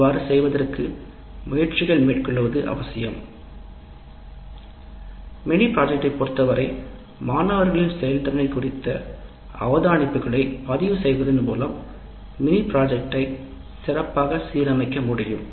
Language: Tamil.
இவ்வாறு செய்வதற்கு முயற்சிகள் மேற்கொள்வது அவசியம் மினி திட்டத்தை பொறுத்தவரை மாணவர்களின் செயல்திறனை குறித்த அவதானிப்புகளை பதிவு செய்வதன் மூலம் மினி திட்டத்தை சிறப்பாக சீரமைக்க முடியும்